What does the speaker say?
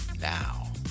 Now